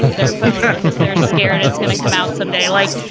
they're scared that's going to come out someday, like.